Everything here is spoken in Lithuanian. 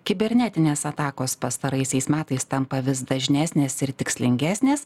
kibernetinės atakos pastaraisiais metais tampa vis dažnesnės ir tikslingesnės